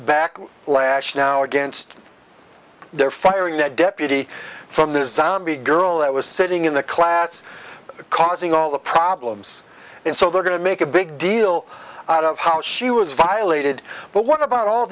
back lash now against their firing that deputy from this zombie girl that was sitting in the class causing all the problems and so they're going to make a big deal out of how she was violated but what about all